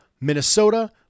Minnesota